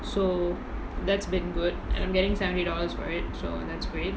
so that's been good and I'm getting seventy dollars for it so that's great